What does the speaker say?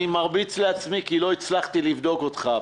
אני מרביץ לעצמי, כי לא הצלחתי לבדוק אותך הפעם.